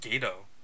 Gato